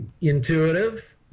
Intuitive